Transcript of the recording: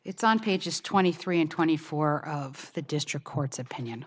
it's on pages twenty three and twenty four of the district court's opinion